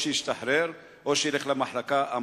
או שישתחרר או שילך למחלקה,